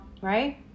right